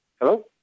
Hello